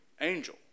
angel